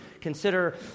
Consider